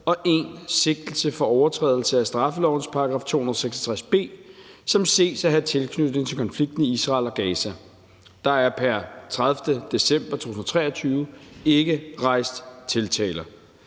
og 1 sigtelse for overtrædelse af straffelovens § 266 b, som ses at have tilknytning til konflikten i Israel og Gaza. Der er pr. 30. december 2023 ikke rejst tiltaler.